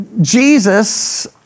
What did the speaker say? Jesus